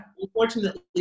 Unfortunately